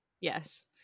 Yes